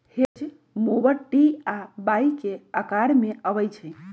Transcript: hedge mower T आ Y के अकार में अबई छई